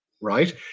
right